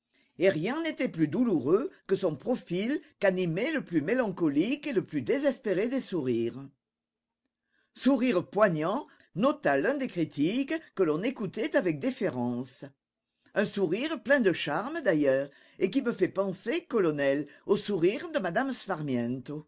et rien n'était plus douloureux que son profil qu'animait le plus mélancolique et le plus désespéré des sourires sourire poignant nota l'un des critiques que l'on écoutait avec déférence un sourire plein de charme d'ailleurs et qui me fait penser colonel au sourire de mme